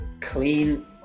clean